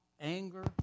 anger